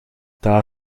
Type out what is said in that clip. daar